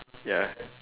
ya